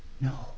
No